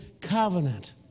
covenant